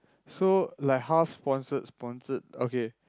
so like how sponsored sponsored okay